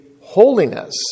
holiness